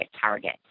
target